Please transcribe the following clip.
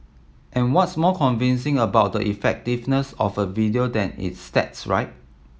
and what's more convincing about the effectiveness of a video than its stats right